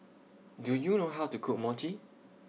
Do YOU know How to Cook Mochi